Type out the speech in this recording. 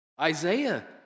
Isaiah